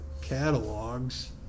catalogs